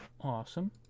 Awesome